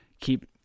keep